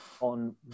on